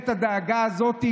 הדאגה הזאת,